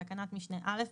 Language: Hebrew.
בתקנת משנה (א),